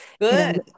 Good